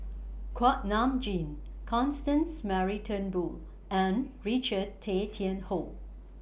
Kuak Nam Jin Constance Mary Turnbull and Richard Tay Tian Hoe